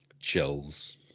Chills